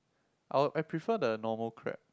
I would I prefer the normal crab